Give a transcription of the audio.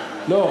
לא.